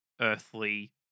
earthly